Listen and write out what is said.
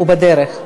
הוא בדרך.